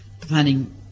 planning